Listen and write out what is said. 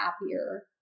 happier